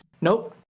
nope